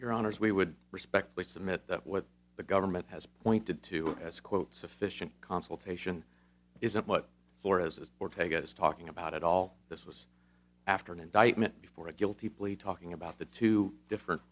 your honour's we would respectfully submit that what the government has pointed to as quote sufficient consultation isn't what flores's ortega's talking about at all this was after an indictment before a guilty plea talking about the two different